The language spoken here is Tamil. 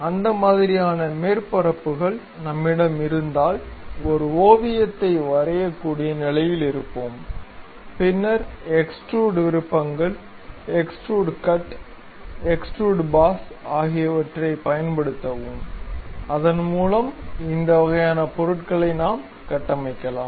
அந்த மாதிரியான மேற்பரப்புகள் நம்மிடம் இருந்தால் ஒரு ஓவியத்தை வரையக்கூடிய நிலையில் இருப்போம் பின்னர் எக்ஸ்ட்ரூட் விருப்பங்கள் எக்ஸ்ட்ரூட் கட் எக்ஸ்ட்ரூட் பாஸ் ஆகியவற்றைப் பயன்படுத்தவும் அதன்மூலம் இந்த வகையான பொருட்களை நாம் கட்டமைக்கலாம்